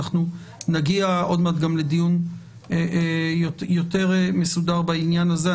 נגיע עוד מעט גם לדיון יותר מסודר בעניין הזה.